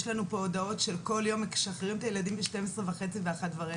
יש לנו פה הודעות שכל יום משחררים את הילדים ב-12:30 וב-13:15.